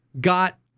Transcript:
got